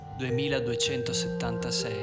2.276